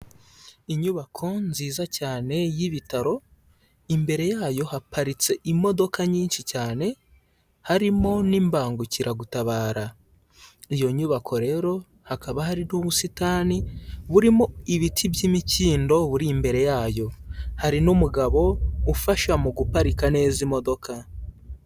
Inyubako nziza cyane y'ibitaro, imbere yayo haparitse imodoka nyinshi cyane, harimo n'ibangukiragutabara. Iyo nyubako rero hakaba hari n'ubusitani, burimo ibiti by'imikindo, buri imbere yayo. Hari n'umugabo, ufasha mu guparika neza imodoka.